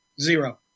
zero